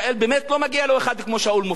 באמת לא מגיע לו אחד כמו שאול מופז,